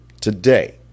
today